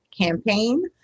campaign